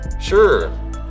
Sure